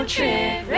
Trip